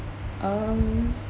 um